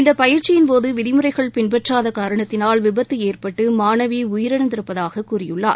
இந்த பயிற்சியின்போது விதிமுறைகள் பின்பற்றாத காரணத்தினால் விபத்து ஏற்பட்டு மாணவி உயிரிழந்திருப்பதாக கூறியுள்ளார்